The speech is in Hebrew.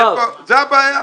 זו הבעיה.